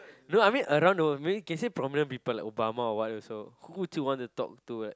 no I mean around the world maybe can say prominent people like Obama or what or so who would you want to talk or so